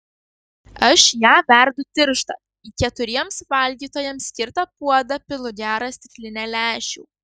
aš ją verdu tirštą į keturiems valgytojams skirtą puodą pilu gerą stiklinę lęšių